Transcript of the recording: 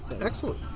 excellent